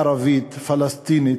ערבית, פלסטינית,